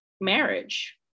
marriage